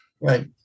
Right